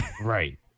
Right